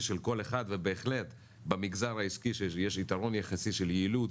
של כל אחד ובהחלט במגזר העסקי שיש יתרון יחסי של יעילות,